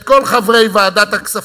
את כל חברי ועדת הכספים,